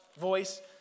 voice